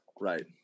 right